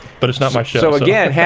but it's not my show, so like yeah yeah